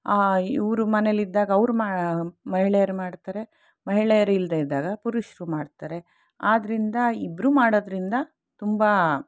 ಇವರು ಮನೇಲಿದ್ದಾಗ ಅವರು ಮಾ ಮಹಿಳೆಯರು ಮಾಡ್ತಾರೆ ಮಹಿಳೆಯರು ಇಲ್ಲದೆ ಇದ್ದಾಗ ಪುರುಷರು ಮಾಡ್ತಾರೆ ಆದ್ದರಿಂದ ಇಬ್ಬರೂ ಮಾಡೋದ್ರಿಂದ ತುಂಬ